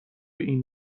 این